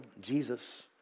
Jesus